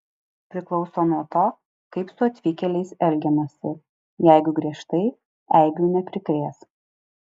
priklauso nuo to kaip su atvykėliais elgiamasi jeigu griežtai eibių neprikrės